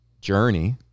journey